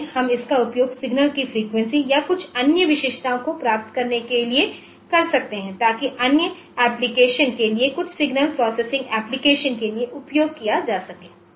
बाद में हम इसका उपयोग सिग्नल की फ्रीक्वेंसी या कुछ अन्य विशेषताओं को प्राप्त करने के लिए कर सकते हैं ताकि अन्य एप्लिकेशन के लिए कुछ सिग्नल प्रोसेसिंग एप्लिकेशन के लिए उपयोग किया जा सके